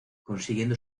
consiguiendo